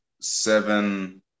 seven